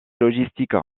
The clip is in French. logistique